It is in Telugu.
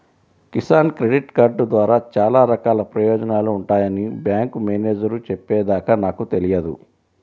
కిసాన్ క్రెడిట్ కార్డు ద్వారా చాలా రకాల ప్రయోజనాలు ఉంటాయని బ్యాంకు మేనేజేరు చెప్పే దాకా నాకు తెలియదు